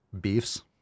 beefs